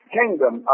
kingdom